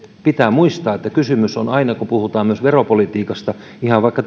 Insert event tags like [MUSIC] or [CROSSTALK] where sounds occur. pitää muistaa että kysymys on aina kun puhutaan myös veropolitiikasta ihan vaikka [UNINTELLIGIBLE]